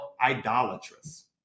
idolatrous